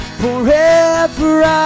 forever